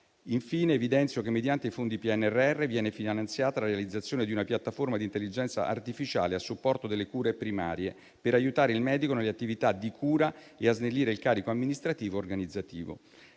altresì che mediante i fondi del PNRR viene finanziata la realizzazione di una piattaforma di intelligenza artificiale a supporto delle cure primarie, per aiutare il medico nelle attività di cura e a snellire il carico amministrativo e organizzativo.